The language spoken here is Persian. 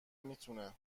میتونه